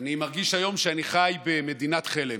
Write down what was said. אני מרגיש היום שאני חי במדינת חלם.